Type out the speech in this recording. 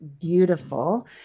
beautiful